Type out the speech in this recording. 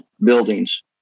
buildings